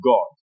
God